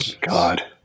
God